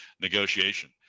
negotiation